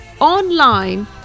online